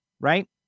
Right